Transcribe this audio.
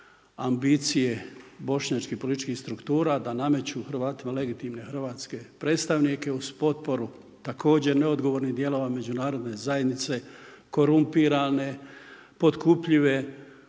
ambicije bošnjačkih političkih struktura da nameću Hrvatima legitimne hrvatske predstavnike uz potporu također neodgovornih dijelova međunarodne zajednice, korumpirane, potkupljive,